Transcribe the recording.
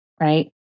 Right